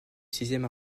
sixième